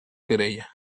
querella